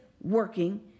working